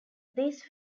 these